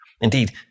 Indeed